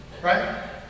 Right